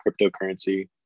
cryptocurrency